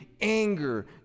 anger